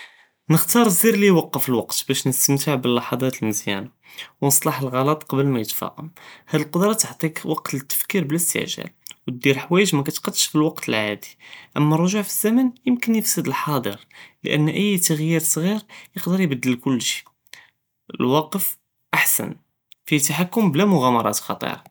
נקטר אלזר לי יעקף אלוואקט באש نستמתע בללחזאת אלמזיאנה ונصلח אלגלט קבל מאיתפקם הד אלקדרה תעטיכ וק תלתפיקיר באלאסתע'גאל ותדיר חוואיג מא קטעדש פלקות אלאעאדי, אמה אלרג'וע פי הזמן יומכן יפסד אלחאדר לאן איי ת'ג'יר סג'יר יכדר יבדל קולשי אלעקף אחסן פיה ת'חכם בלא מג'אמראת ח'טירה.